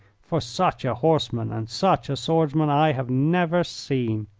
for such a horseman and such a swordsman i have never seen.